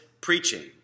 preaching